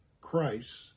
Christ